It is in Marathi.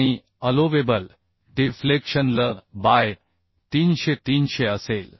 आणि अलोवेबल डिफ्लेक्शन L बाय 300 300 असेल